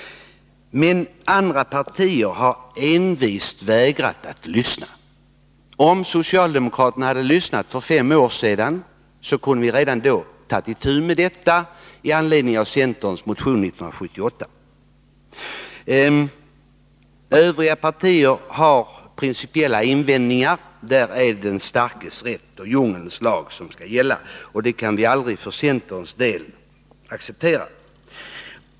Men andra partier har envist vägrat att lyssna på oss. Om socialdemokraterna hade lyssnat på oss för fem år sedan, då vi väckte en motion i ärendet, så hade vi redan då kunnat ta itu med detta problem. Övriga partier har principiella invändningar. Där råder den starkes rätt och djungelns lag, men det kan vi från centern aldrig acceptera.